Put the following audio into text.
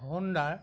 Honda